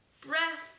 Breath